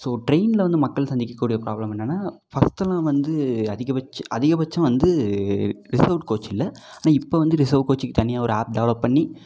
so ட்ரெயினில் வந்து மக்கள் சந்திக்கக்கூடிய பிராப்ளம் என்னென்னா ஃபர்ஸ்ட்டெல்லாம் வந்து அதிகபட்சம் அதிகபட்சம் வந்து ரிசெர்வ்டு கோச்சு இல்லை ஆனால் இப்போ வந்து ரிசெர்வ் கோச்சுக்கு தனியாக ஒரு ஆப் டெவெலப் பண்ணி